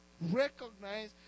recognize